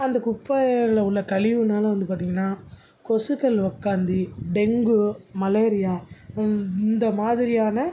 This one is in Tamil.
அந்தக் குப்பையில் உள்ள கழிவுனால வந்து பார்த்தீங்கன்னா கொசுக்கள் உக்காந்து டெங்கு மலேரியா இந்த மாதிரியான